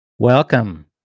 Welcome